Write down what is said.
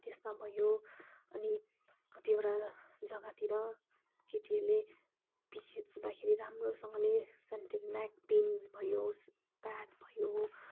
त्यसमा भयो अनि कतिवटा जग्गातिर केटीहरूले पिरियड्स हुँदाखेरि राम्रोसँगले ब्याक पेन भयो प्याड भयो